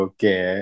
Okay